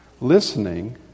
Listening